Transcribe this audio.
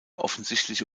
offensichtliche